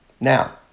Now